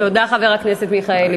תודה, חבר הכנסת מיכאלי.